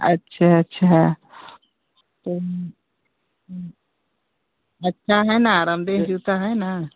अच्छा अच्छा अच्छा है ना आरामदेह जूता है ना